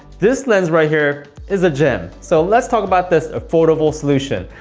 this lens right here is a gem. so let's talk about this affordable solution.